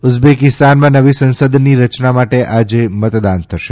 ઉઝબેકિસ્તાનમાં નવી સંસદની રચના માટે આજે મતદાન થશે